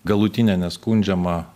galutinė neskundžiama